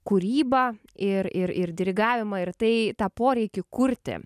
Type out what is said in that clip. kūrybą ir ir ir dirigavimą ir tai tą poreikį kurti